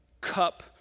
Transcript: cup